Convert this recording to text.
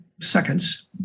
seconds